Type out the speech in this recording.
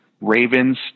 Ravens